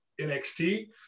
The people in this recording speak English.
NXT